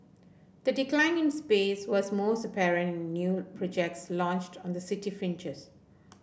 the decline in space was most apparent in new projects launched on the city fringes